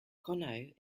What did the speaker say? conneaut